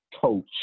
coach